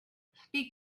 speak